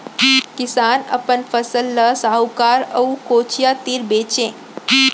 किसान अपन फसल ल साहूकार अउ कोचिया तीर बेचय